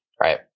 right